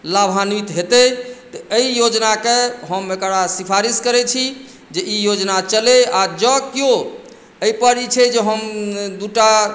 लाभान्वित हेतै तऽ एहि योजना के हम एकरा सिफारिश करै छी जे ई योजना चलै आ जॅं केओ एहिपर ई छै जे हम दूटा